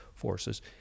forces